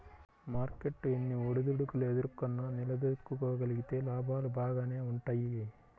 market ఎన్ని ఒడిదుడుకులు ఎదుర్కొన్నా నిలదొక్కుకోగలిగితే లాభాలు బాగానే వుంటయ్యి